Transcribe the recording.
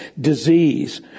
disease